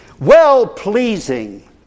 well-pleasing